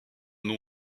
nom